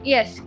Yes